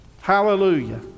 Hallelujah